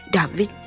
David